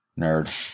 Nerd